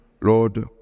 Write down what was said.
Lord